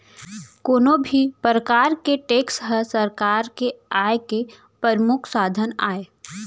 कोनो भी परकार के टेक्स ह सरकार के आय के परमुख साधन आय